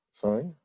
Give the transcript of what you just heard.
Sorry